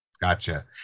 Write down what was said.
Gotcha